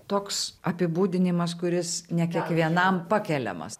toks apibūdinimas kuris ne kiekvienam pakeliamas